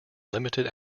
limited